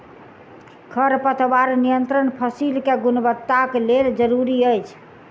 खरपतवार नियंत्रण फसील के गुणवत्ताक लेल जरूरी अछि